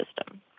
system